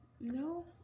no